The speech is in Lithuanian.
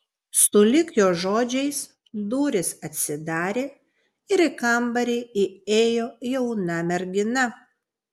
sulig jo žodžiais durys atsidarė ir į kambarį įėjo jauna mergina